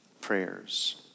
prayers